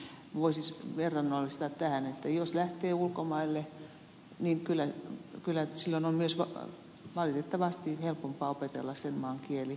tämän voi siis verrannollistaa tähän että jos lähtee ulkomaille niin kyllä silloin on myös valitettavasti helpompaa opetella sen maan kieli